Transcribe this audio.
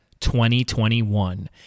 2021